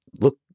look